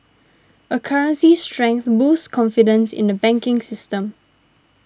a currency's strength boosts confidence in the banking system